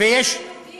לצד מדינה יהודית?